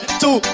two